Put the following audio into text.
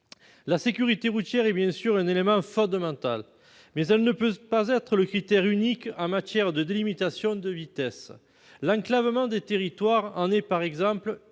La sécurité routière est bien sûr un élément fondamental, mais elle ne peut pas être le critère unique en matière de délimitation de vitesse. L'enclavement des territoires en est, par exemple,